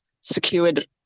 secured